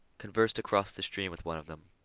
conversed across the stream with one of them.